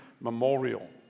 memorial